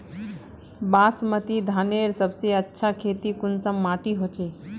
बासमती धानेर सबसे अच्छा खेती कुंसम माटी होचए?